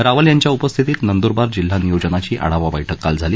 रावल यांच्या उपस्थितीत नंदुरबार जिल्हा नियोजनाची आढावा बैठक काल झाली